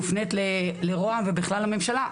מופנית לרוה"מ ובכלל לממשלה,